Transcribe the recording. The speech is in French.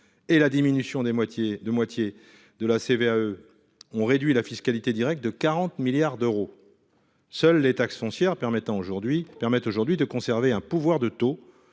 valeur ajoutée des entreprises (CVAE) ont réduit la fiscalité directe de 40 milliards d’euros. Seules les taxes foncières permettent aujourd’hui de conserver un pouvoir de taux,